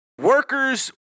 Workers